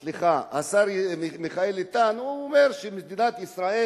השר, סליחה, השר מיכאל איתן אומר שמדינת ישראל